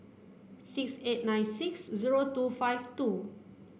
six eight nine six zero two five two